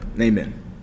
amen